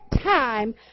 time